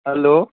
hello